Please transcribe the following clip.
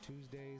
Tuesdays